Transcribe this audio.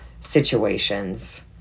situations